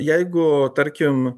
jeigu tarkim